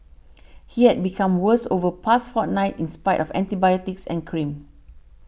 he had become worse over past fortnight in spite of antibiotics and cream